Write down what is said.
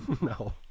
No